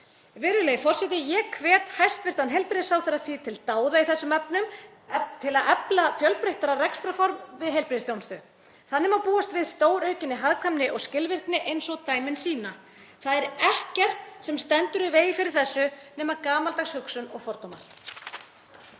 Virðulegi forseti. Ég hvet hæstv. heilbrigðisráðherra því til dáða í þessum efnum til að efla fjölbreyttara rekstrarform í heilbrigðisþjónustu. Þannig má búast við stóraukinni hagkvæmni og skilvirkni eins og dæmin sýna. Það er ekkert sem stendur í vegi fyrir þessu nema gamaldags hugsun og fordómar.